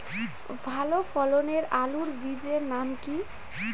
ভালো ফলনের আলুর বীজের নাম কি?